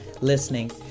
listening